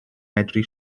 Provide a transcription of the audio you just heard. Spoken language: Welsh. medru